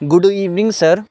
good evening sir